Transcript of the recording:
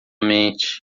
mente